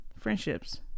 friendships